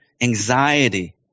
anxiety